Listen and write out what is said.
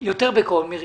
בקול.